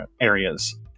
areas